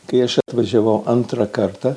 kai aš atvažiavau antrą kartą